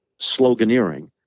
sloganeering